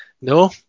No